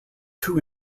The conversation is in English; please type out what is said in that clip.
two